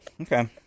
Okay